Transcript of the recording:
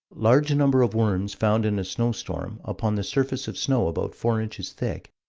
large number of worms found in a snowstorm, upon the surface of snow about four inches thick,